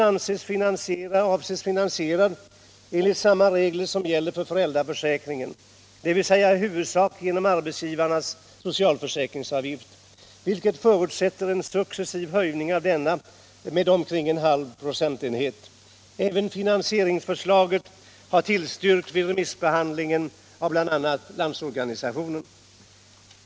Reformen avses finansierad enligt samma regler som redan .gäller för föräldraförsäkringen, dvs. i huvudsak genom arbetsgivarnas socialförsäkringsavgift, vilket förutsätter en successiv höjning av denna socialförsäkringsavgift med omkring en halv procentenhet. Även finansieringsförslaget har tillstyrkts vid remissbehandlingen av bl.a. Landsorganisationen.